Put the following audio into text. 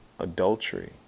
Adultery